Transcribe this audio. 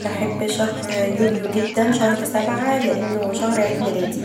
بحب شهر يوليو جدا شهر سبعه لانه شهر عيد ميلادي.